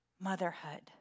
motherhood